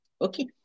Okay